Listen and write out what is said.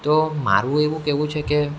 તો મારું એવું કહેવું છે કે